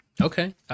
Okay